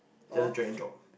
just drag and drop